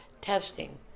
testing